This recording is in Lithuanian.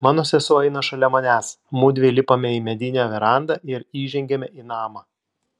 mano sesuo eina šalia manęs mudvi lipame į medinę verandą ir įžengiame į namą